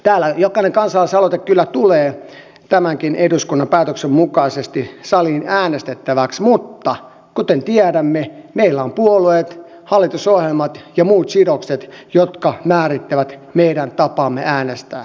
täällä jokainen kansalaisaloite kyllä tulee tämänkin eduskunnan päätöksen mukaisesti saliin äänestettäväksi mutta kuten tiedämme meillä on puolueet hallitusohjelmat ja muut sidokset jotka määrittävät meidän tapaamme äänestää